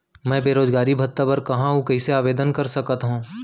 मैं बेरोजगारी भत्ता बर कहाँ अऊ कइसे आवेदन कर सकत हओं?